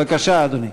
בבקשה, אדוני.